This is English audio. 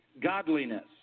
godliness